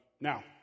now